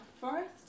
Forest